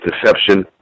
deception